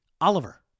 Oliver